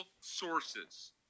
sources